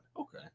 Okay